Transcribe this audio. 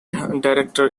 director